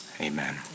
amen